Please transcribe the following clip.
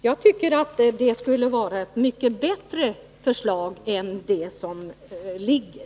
Jag tycker det skulle vara ett mycket bättre förslag än det som nu ligger.